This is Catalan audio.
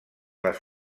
les